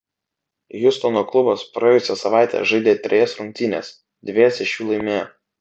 hjustono klubas praėjusią savaitę žaidė trejas rungtynes dvejas iš jų laimėjo